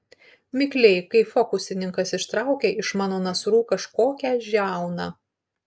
mikliai kaip fokusininkas ištraukė iš mano nasrų kažkokią žiauną